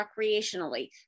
recreationally